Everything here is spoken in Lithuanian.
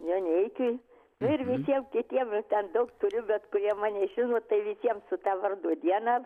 joneikiui nu ir visiem kitiem i ten daug turiu bet kurie mane žino tai visiem su ta vardo diena